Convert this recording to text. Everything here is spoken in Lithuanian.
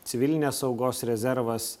civilinės saugos rezervas